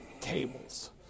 tables